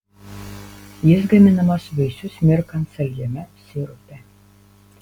jis gaminamas vaisius mirkant saldžiame sirupe